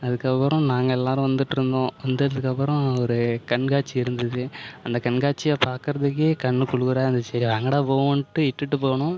அதுக்கப்புறம் நாங்கள் எல்லோரும் வந்துகிட்ருந்தோம் வந்ததுக்கப்புறம் ஒரு கண்காட்சி இருந்தது அந்த கண்காட்சியை பாக்கிறதுக்கே கண்ணுக்குளிரா இருந்துச்சு வாங்கடா போவோம்ன்ட்டு இட்டுட்டு போனோம்